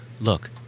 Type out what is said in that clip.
look